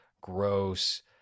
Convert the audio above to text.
gross